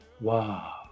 Wow